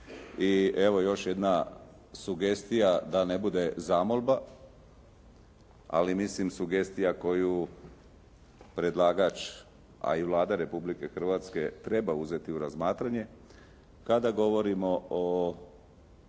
I evo još jedna sugestija da ne bude zamolba, ali mislim sugestija koju predlagač, a i Vlada Republike Hrvatske treba uzeti u razmatranje kada govorimo o,